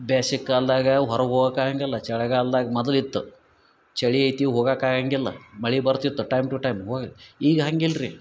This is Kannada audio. ಬೇಸಿಗೆ ಕಾಲದಾಗ ಹೊರಗೆ ಹೋಗಕ್ಕ ಆಗಂಗಿಲ್ಲ ಚಳಿಗಾಲ್ದಾಗ ಮೊದಲು ಇತ್ತು ಚಳಿ ಐತಿ ಹೋಗಕ್ಕ ಆಗಂಗಿಲ್ಲ ಮಳೆ ಬರ್ತಿತ್ತು ಟೈಮ್ ಟು ಟೈಮ್ ಹೋಗಿ ಈಗ ಹಂಗಿಲ್ಲ ರೀ